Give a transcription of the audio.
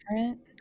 different